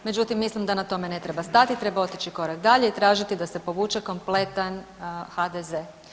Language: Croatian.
Međutim, mislim da na tome ne treba stati treba otići korak dalje i tražiti da se povuče kompletan HDZ.